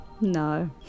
No